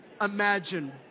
Imagine